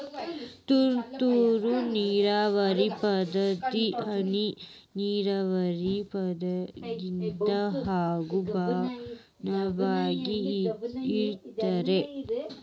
ತುಂತುರು ನೇರಾವರಿ ಪದ್ಧತಿ, ಹನಿ ನೇರಾವರಿ ಪದ್ಧತಿಗಿಂತ ಹ್ಯಾಂಗ ಭಿನ್ನವಾಗಿ ಐತ್ರಿ?